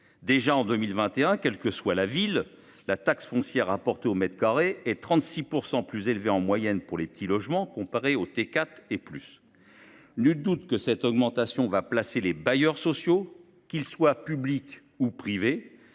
Déjà, en 2021, quelle que soit la ville, la taxe foncière rapportée au mètre carré est en moyenne plus élevée de 36 % pour les petits logements par rapport aux T4 et au-delà. Nul doute que cette augmentation va placer les bailleurs sociaux, qu’ils soient publics ou privés,